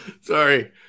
sorry